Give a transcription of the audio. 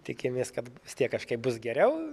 tikimės kad vis tiek kažkaip bus geriau